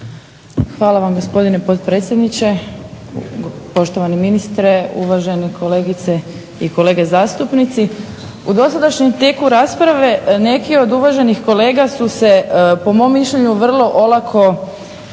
Hvala vam gospodine potpredsjedniče, poštovani ministre, uvažene kolegice i kolege zastupnici. U dosadašnjem tijeku rasprave neki od uvaženih kolega su se po mom mišljenju vrlo olako pozivali